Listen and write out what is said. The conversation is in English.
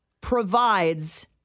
provides